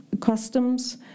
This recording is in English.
customs